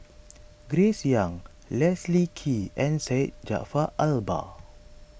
Grace Young Leslie Kee and Syed Jaafar Albar